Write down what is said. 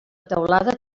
teulada